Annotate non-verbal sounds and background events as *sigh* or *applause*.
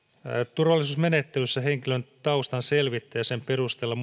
turvallisuusmenettelyssä henkilön taustan selvittää ja sen perusteella *unintelligible*